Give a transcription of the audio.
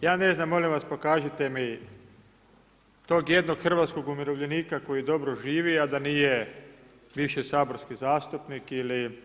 Ja ne znam, molim vas pokažite mi tog jednog hrvatskog umirovljenika koji dobro živi, a da nije više saborski zastupnik ili